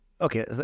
Okay